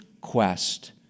quest